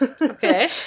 Okay